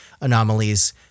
anomalies